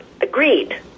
agreed